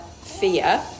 fear